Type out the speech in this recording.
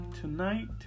Tonight